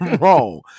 wrong